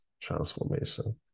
transformation